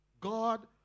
God